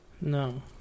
No